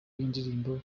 y’indirimbo